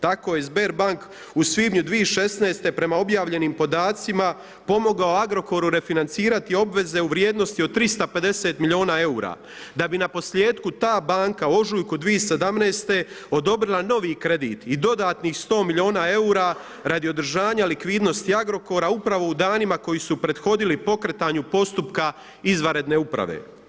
Tako je Sberbank u svibnju 2016. prema objavljenim podacima pomogao Agrokoru refinancirati obveze u vrijednosti od 350 milijuna eura da bi na posljetku ta banka u ožujku 2017. odobrila novi kredit i dodatnih 100 milijuna eura radi održanja likvidnosti Agrokora upravo u danima koji su prethodili pokretanju postupaka izvanredne uprave.